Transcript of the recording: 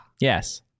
Yes